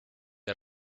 the